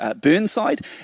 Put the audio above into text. Burnside